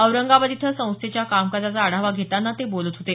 औरंगाबाद इथं संस्थेच्या कामकाजाचा आढावा घेताना ते बोलत होते